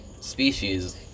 species